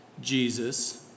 Jesus